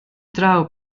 draw